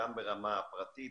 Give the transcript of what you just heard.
גם ברמה הפרטית,